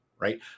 Right